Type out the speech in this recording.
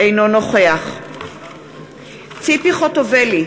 אינו נוכח ציפי חוטובלי,